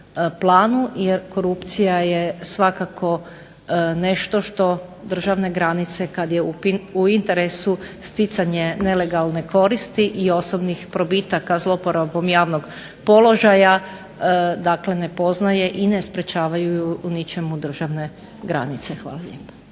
jer korupcija je svakako nešto što državne granice kad je u interesu stjecanje nelegalne koristi i osobnih probitaka zloporabom javnog položaja, dakle ne poznaje i ne sprečavaju ju u ničemu državne granice. Hvala lijepa.